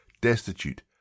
destitute